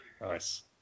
Nice